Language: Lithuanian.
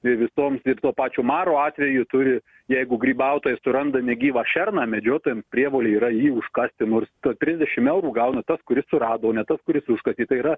vi visoms ir to pačio maro atveju turi jeigu grybautojai suranda negyvą šerną medžiotojams prievolė yra jį užkasti nors t trisdešim eurų gauna tas kuris surado o ne tas kuris užkasė tai yra